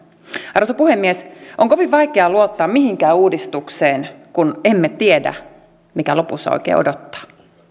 arvoisa puhemies on kovin vaikea luottaa mihinkään uudistukseen kun emme tiedä mikä lopussa oikein odottaa